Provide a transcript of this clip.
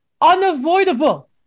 unavoidable